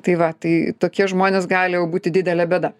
tai va tai tokie žmonės gali jau būti didelė bėda